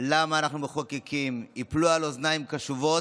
למה אנחנו מחוקקים ייפלו על אוזניים קשובות,